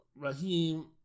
Raheem